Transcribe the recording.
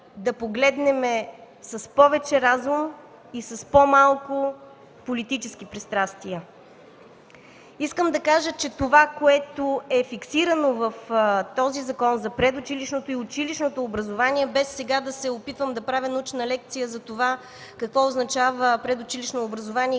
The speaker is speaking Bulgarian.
да погледнем с повече разум и с по-малко политически пристрастия. Искам да кажа, че това, което е фиксирано в този Закон за предучилищното и училищното образование, без сега да се опитвам да правя научна лекция за това какво означава предучилищното образование и